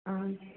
ಹಾಂ